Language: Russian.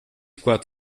вклад